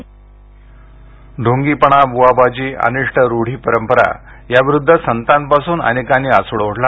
दाभोळकर ढोंगीपणा बुवाबाजी अनिष्ट रूढी परंपरा याविरुद्ध संतापासून अनेकांनी आसूड ओढला